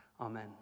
Amen